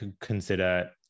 consider